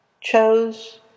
chose